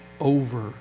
over